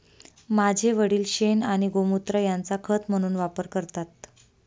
माझे वडील शेण आणि गोमुत्र यांचा खत म्हणून वापर करतात